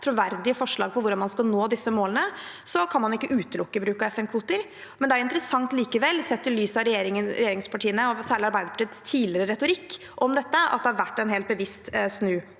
troverdige forslag for hvordan man skal nå disse målene, kan man ikke utelukke bruk av FN-kvoter. Men det er interessant likevel, sett i lys av regjeringspartienes og særlig Arbeiderpartiets tidligere retorikk om dette, at det har vært en helt bevisst